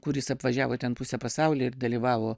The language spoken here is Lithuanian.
kuris apvažiavo ten pusę pasaulio ir dalyvavo